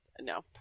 no